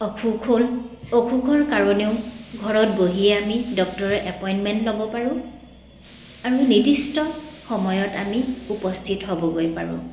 অসুখ হ'ল অসুখৰ কাৰণেও ঘৰত বহিয়ে আমি ডক্তৰৰ এপইণ্টমেণ্ট ল'ব পাৰোঁ আৰু নিৰ্দিষ্ট সময়ত আমি উপস্থিত হ'বগৈ পাৰোঁ